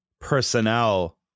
personnel